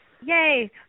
Yay